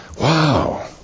wow